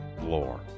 lore